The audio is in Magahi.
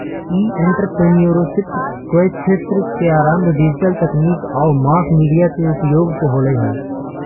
ई एंटरप्रेन्योरशिप क्क्षेत्र के आरंभ डिजिटल तकनीक आउ मास मीडिया के उपयोग से होलइ हल